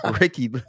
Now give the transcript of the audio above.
Ricky